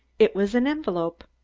it was an envelope.